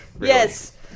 Yes